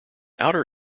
outer